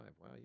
Wow